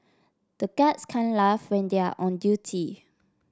the guards can't laugh when they are on duty